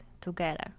together